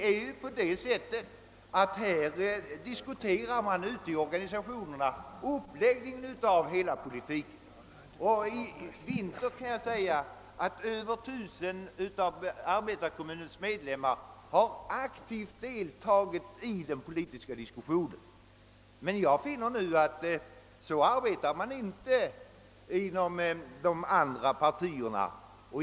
Ute i organisationerna diskuterar man uppläggningen av hela politiken. I vinter har t.ex. över 1000 av arbetarkommunens medlemmar aktivt deltagit i den politiska diskussionen. Jag finner nu emellertid att man inte arbetar på samma sätt inom de andra partierna.